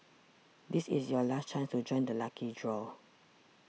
this is your last chance to join the lucky draw